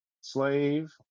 slave